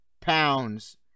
pounds